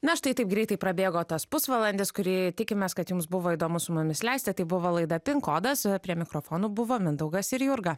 na štai taip greitai prabėgo tas pusvalandis kurį tikimės kad jums buvo įdomu su mumis leisti tai buvo laida pin kodas o prie mikrofonų buvo mindaugas ir jurga